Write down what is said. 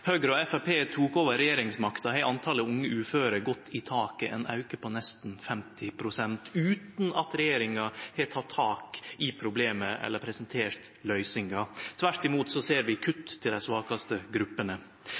Høgre og Framstegspartiet tok over regjeringsmakta, er talet på unge uføre gått i taket – ein auke på nesten 50 pst – utan at regjeringa har teke tak i problemet eller presentert løysingar. Tvert imot ser vi kutt til dei svakaste gruppene.